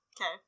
Okay